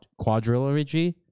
quadrilogy